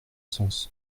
sens